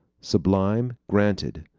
sublime? granted.